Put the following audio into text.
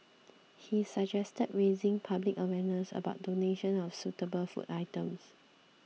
he suggested raising public awareness about donations of suitable food items